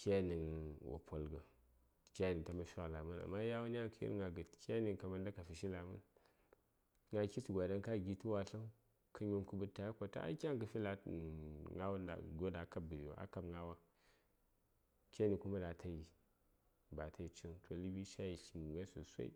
kyanigən wo polgə kyani gən taman fighə la: mən amma yawon yan kə yir gna gəd kyani ghən ka manda ka fishi mən gna kitti gwa ɗan ka gi: tə watləŋ kə nyom kə ɓəd tə ghai ai kyan kə fi la: uhm gnawon da gyo daŋ a kab gəɗiwa a kab gnawa keni kuma ba atayi cikghən toh ləɓi cayi tli:m gən ghai sosai